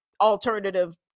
alternative